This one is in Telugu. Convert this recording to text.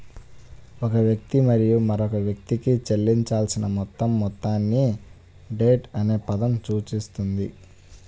ఒక వ్యక్తి మరియు మరొక వ్యక్తికి చెల్లించాల్సిన మొత్తం మొత్తాన్ని డెట్ అనే పదం సూచిస్తుంది